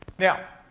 now,